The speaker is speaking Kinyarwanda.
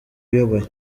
uyoboye